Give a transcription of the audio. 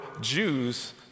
Jews